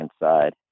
inside